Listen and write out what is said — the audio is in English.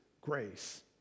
grace